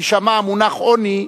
יישמע המונח "עוני"